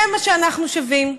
שזה מה שאנחנו שווים,